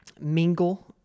mingle